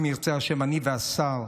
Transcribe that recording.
אני והשר,